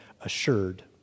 assured